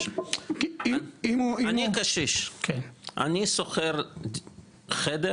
אני קשיש, אני שוכר חדר